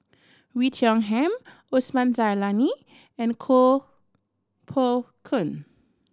Oei Tiong Ham Osman Zailani and Koh Poh Koon